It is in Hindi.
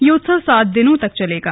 यह उत्सव सात दिनों तक चलेगा